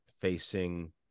facing